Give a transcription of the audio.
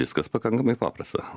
viskas pakankamai paprasta